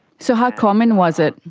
so how common was it?